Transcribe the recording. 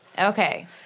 Okay